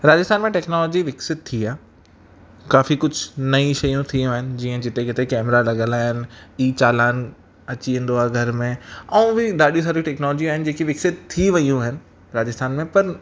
राजस्थान में टैक्नोलॉजी विकसित थी आहे काफ़ी कुझु नई शयूं थियूं आहिनि जीअं जिते किथे कैमरा लॻियलु आहिनि ई चालान अची वेंदो आ घर में ऐं बि ॾाढी सारी टैक्नोलॉजी आहिनि जेके विकसित थी वियूं आहिनि राजस्थान में पर